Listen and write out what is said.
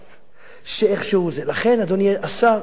לכן, אדוני השר, הלוואי